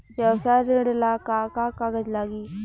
व्यवसाय ऋण ला का का कागज लागी?